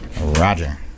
Roger